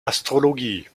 astrologie